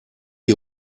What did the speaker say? die